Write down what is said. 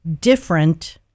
different